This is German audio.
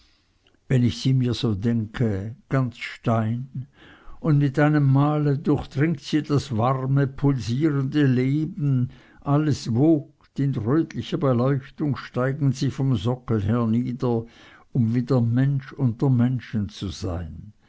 wenn ich mir sie so denke ganz stein und mit einem male durchdringt sie das warme pulsierende leben alles wogt und in rötlicher beleuchtung steigen sie vom sockel hernieder um wieder mensch unter menschen zu sein